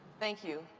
thank you.